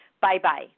Bye-bye